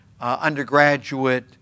undergraduate